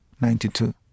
Ninety-two